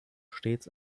stets